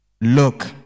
look